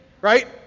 right